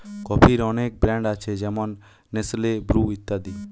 কফির অনেক ব্র্যান্ড আছে যেমন নেসলে, ব্রু ইত্যাদি